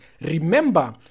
Remember